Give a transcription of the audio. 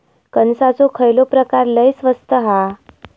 कणसाचो खयलो प्रकार लय स्वस्त हा?